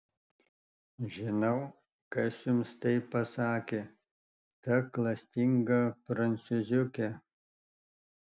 žinau kas jums tai pasakė ta klastinga prancūziuke